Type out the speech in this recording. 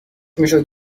میشد